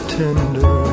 tender